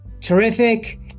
terrific